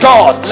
God